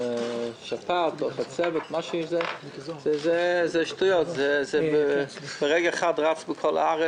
שפעת, לצבת ברגע אחד זה רץ בכל הארץ,